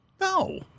No